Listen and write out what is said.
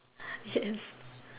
yes